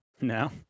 No